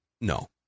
no